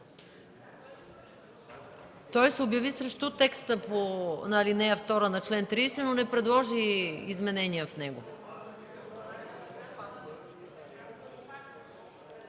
но се обяви срещу текста на ал. 2 на чл. 30, но не предложи изменения в него.